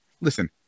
Listen